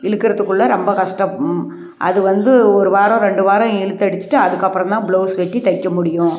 இழுக்குறத்துக்குள்ள ரொம்ப கஷ்டம் அது வந்து ஒரு வாரம் ரெண்டு வாரம் இழுத்தடிச்சிட்டு அதுக்கப்புறம் தான் ப்ளவுஸ் வெட்டி தைக்கமுடியும்